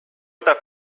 eta